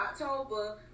October